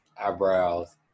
eyebrows